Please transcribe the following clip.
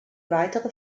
weitere